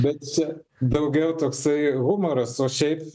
bet čia daugiau toksai humoras o šiaip